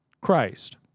Christ